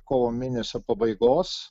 kovo mėnesio pabaigos